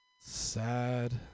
sad